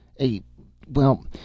a—well